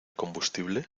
combustible